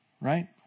right